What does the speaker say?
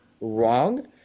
wrong